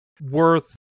worth